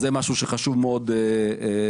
אז זה משהו שחשוב מאוד לעשות.